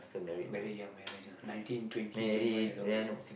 very young marriage nineteen twenty twenty one years old lah